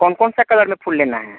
कौन कौन सा कलर में फूल लेना है